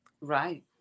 Right